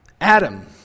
Adam